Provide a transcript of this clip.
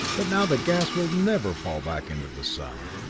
but now the gas will never fall back into the sun.